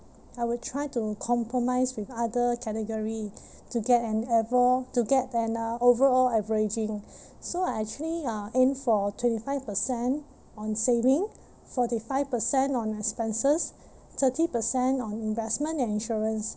I will try to compromise with other category to get an ever to get an uh overall averaging so I actually uh aim for twenty five percent on saving forty five percent on expenses thirty percent on investment and insurance